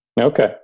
Okay